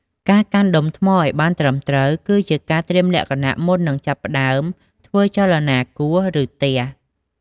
ការកាន់ដុំថ្មឲ្យបានត្រឹមត្រូវ គឺជាការត្រៀមលក្ខណៈមុននឹងចាប់ផ្តើមធ្វើចលនាគោះ ឬទះ។